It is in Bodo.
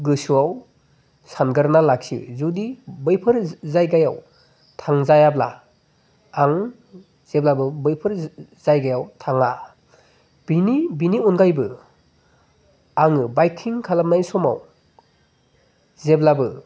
गोसोआव सानग्रोना लाखियो जुदि बैफोर जायगायाव थांजायाब्ला आं जेब्लाबो बैफोर जायगायाव थाङा बेनि अनगायैबो आङो बाइकिं खालामनाय समाव जेब्लाबो